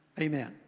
Amen